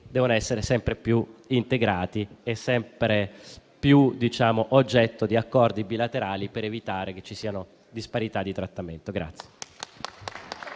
devono essere sempre più integrati e sempre più oggetto di accordi bilaterali per evitare disparità di trattamento.